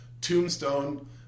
Tombstone